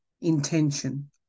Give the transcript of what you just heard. intention